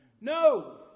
No